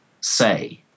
say